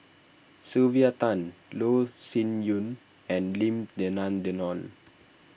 Sylvia Tan Loh Sin Yun and Lim Denan Denon